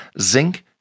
zinc